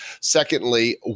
Secondly